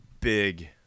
big